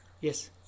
Yes